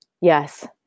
yes